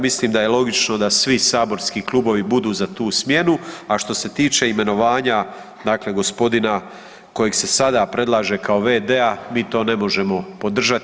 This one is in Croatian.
Mislim da je logično da svi saborski klubovi budu za tu smjenu, a što se tiče imenovanja dakle gospodina kojeg se sada predlaže kao v.d. mi to ne možemo podržati.